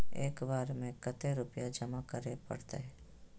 एक बार में कते रुपया जमा करे परते?